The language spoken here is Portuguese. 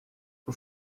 por